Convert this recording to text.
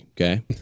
Okay